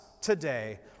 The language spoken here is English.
today